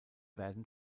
werden